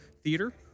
theater